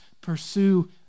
Pursue